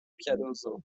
piadoso